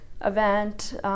event